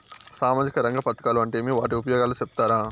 సామాజిక రంగ పథకాలు అంటే ఏమి? వాటి ఉపయోగాలు సెప్తారా?